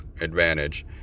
advantage